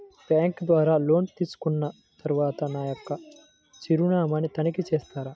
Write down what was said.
Bank ద్వారా loan తీసుకున్న తరువాత నా యొక్క చిరునామాని తనిఖీ చేస్తారా?